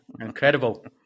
Incredible